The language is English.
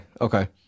Okay